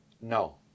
no